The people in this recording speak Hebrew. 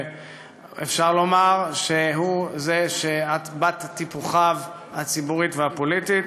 שאפשר לומר שאת בת טיפוחיו הציבורית והפוליטית,